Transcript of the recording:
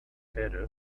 better